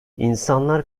i̇nsanlar